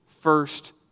first